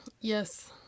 Yes